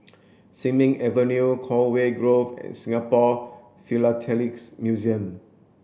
Sin Ming Avenue Conway Grove and Singapore Philatelic Museum